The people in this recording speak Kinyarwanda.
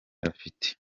afite